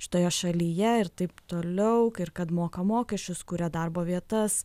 šitoje šalyje ir taip toliau kad moka mokesčius kuria darbo vietas